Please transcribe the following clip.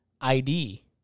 ID